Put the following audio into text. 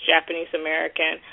Japanese-American